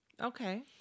Okay